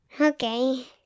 Okay